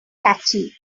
catchy